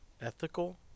ethical